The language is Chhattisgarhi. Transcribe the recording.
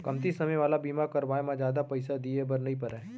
कमती समे वाला बीमा करवाय म जादा पइसा दिए बर नइ परय